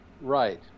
Right